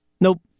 Nope